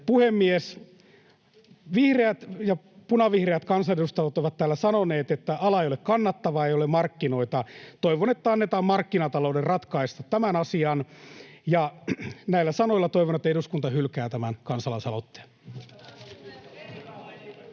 Puhemies! Vihreät ja punavihreät kansanedustajat ovat täällä sanoneet, että ala ei ole kannattava, ei ole markkinoita. Toivon, että annetaan markkinatalouden ratkaista tämä asia. Näillä sanoilla toivon, että eduskunta hylkää tämän kansalaisaloitteen.